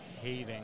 hating